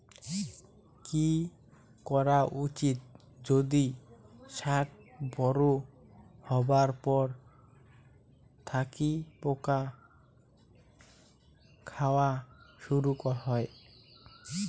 কি করা উচিৎ যদি শাক বড়ো হবার পর থাকি পোকা খাওয়া শুরু হয়?